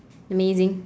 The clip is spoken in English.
amazing